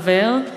חבר,